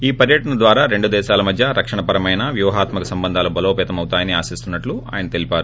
ఈ పర్వటన ద్వారా రెండు దేశాల మధ్య రక్షణపరమైన వ్యూహాత్మక సంబంధాలు బలోపేతమవుతాయని ఆశిస్తున్నట్లు ఆయన తెలిపారు